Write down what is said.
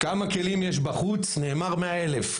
כמה כלים יש בחוץ, נאמר 100 אלף.